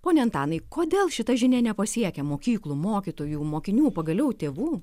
pone antanai kodėl šita žinia nepasiekia mokyklų mokytojų mokinių pagaliau tėvų